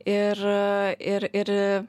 ir ir ir